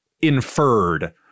inferred